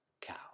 cow